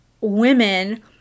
women